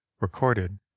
recorded